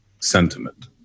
sentiment